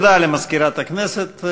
תודה למזכירת הכנסת.